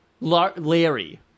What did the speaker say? Larry